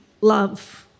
love